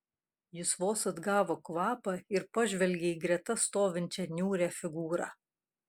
jis vos atgavo kvapą ir pažvelgė į greta stovinčią niūrią figūrą